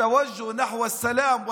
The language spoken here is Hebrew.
הקבוצה הזאת של מרכז-שמאל,